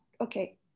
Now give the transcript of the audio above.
okay